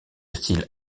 style